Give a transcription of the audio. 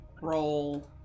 roll